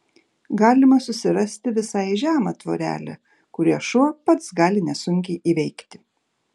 galima susirasti visai žemą tvorelę kurią šuo pats gali nesunkiai įveikti